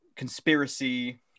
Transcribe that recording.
conspiracy